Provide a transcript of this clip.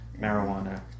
marijuana